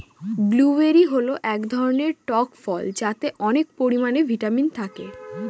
blueberry হল এক ধরনের টক ফল যাতে অনেক পরিমানে ভিটামিন থাকে